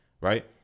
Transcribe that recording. Right